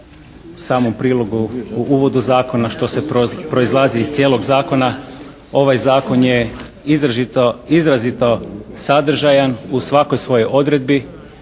samo u prilogu u uvodu zakona što se proizlazi iz cijelog zakona. Ovaj zakon je izrazito sadržajan u svakoj svojoj odredbi.